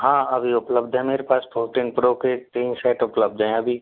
हाँ अभी उपलब्ध है मेरे पास फ़ोर्टीन प्रो के तीन सेट उपलब्ध हैं अभी